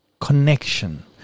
connection